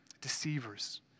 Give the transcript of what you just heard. deceivers